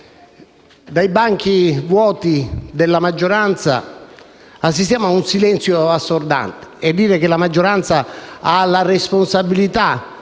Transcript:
Dai banchi vuoti della maggioranza assistiamo a un silenzio assordante. E dire che la maggioranza ha la responsabilità